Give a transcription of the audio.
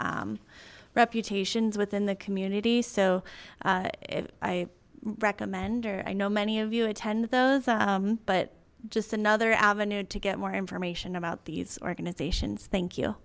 reputations within the community so i recommend or i know many of you attend those but just another avenue to get more information about these organizations thank you